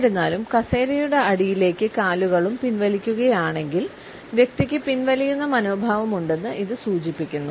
എന്നിരുന്നാലും കസേരയുടെ അടിയിലേക്ക് കാലുകളും പിൻവലിക്കുകയാണെങ്കിൽ വ്യക്തിക്ക് പിൻവലിയുന്ന മനോഭാവമുണ്ടെന്ന് ഇത് സൂചിപ്പിക്കുന്നു